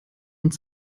und